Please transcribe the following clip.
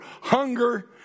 hunger